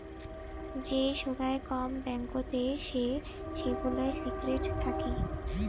যে সোগায় কম ব্যাঙ্কতে সে সেগুলা সিক্রেট থাকি